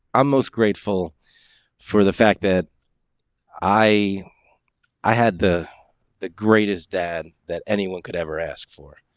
i'm most grateful for the fact that i i had the the greatest dad that anyone could ever ask for.